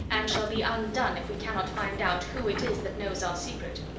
and shall be undone if we cannot find out who it is that knows our secret.